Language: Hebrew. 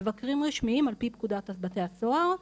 מבקרים רשמיים, על פי פקודת בתי הסוהר,